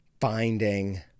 finding